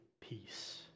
peace